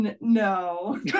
No